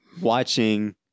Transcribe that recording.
watching